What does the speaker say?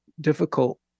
difficult